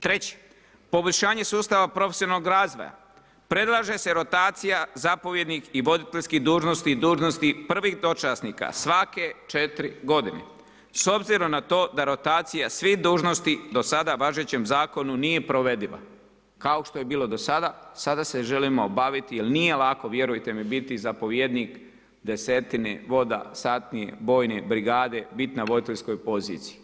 Treće, poboljšanje sustav profesionalnog razvoja, predlaže se rotacija zapovjednih i voditeljskih dužnosti i dužnosti prvih dočasnika, svake 4 g. S obzirom na to da rotacija svih dužnosti, do sada važećem zakonu nije provediva, kao što je bilo do sada, sada se želimo baviti, jer nije lako, vjerujte mi biti zapovjednik, desetine voda, satnije, vojne brigade, biti na voditeljskoj poziciji.